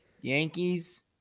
Yankees